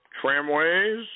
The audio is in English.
tramways